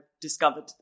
discovered